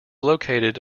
located